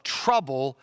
trouble